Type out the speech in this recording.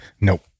Nope